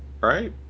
Right